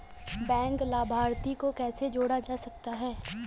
Bank लाभार्थी को कैसे जोड़ा जा सकता है?